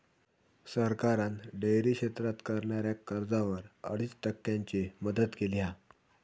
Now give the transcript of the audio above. सरकारान डेअरी क्षेत्रात करणाऱ्याक कर्जावर अडीच टक्क्यांची मदत केली हा